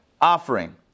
offering